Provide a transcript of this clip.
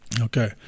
Okay